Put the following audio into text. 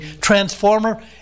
transformer